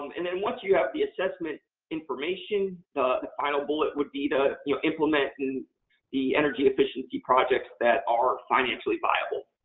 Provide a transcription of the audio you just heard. um and then once you have the assessment information, the final bullet would be to you know implement and the energy efficiency projects that are financially viable.